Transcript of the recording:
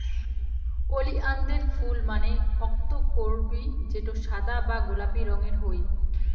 ওলিয়ানদের ফুল মানে অক্তকরবী যেটো সাদা বা গোলাপি রঙের হই